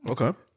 Okay